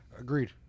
Agreed